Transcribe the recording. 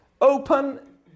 open